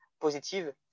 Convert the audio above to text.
positive